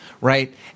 right